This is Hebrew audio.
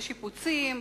לשיפוצים,